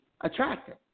attractive